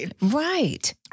Right